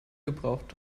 gebraucht